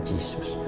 Jesus